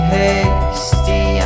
hasty